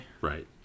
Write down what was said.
Right